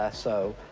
ah so.